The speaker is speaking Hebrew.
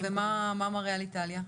ומה מראה על איטליה?